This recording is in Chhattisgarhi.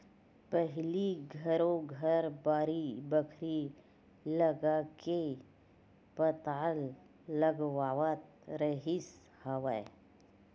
पहिली घरो घर बाड़ी बखरी लगाके पताल लगावत रिहिस हवय